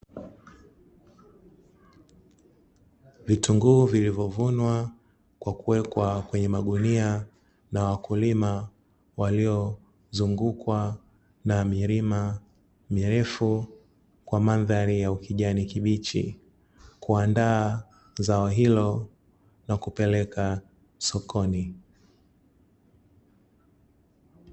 Vitunguu vilivyovunwa kwa kuwekwa kwenye magunia, na wakulima waliozungukwa na milima mirefu kwa mandhari ya kijani kibichi, kuandaa zao hilo na kupeleka sokoni.